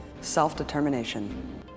self-determination